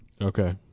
Okay